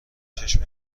چشم